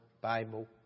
Bible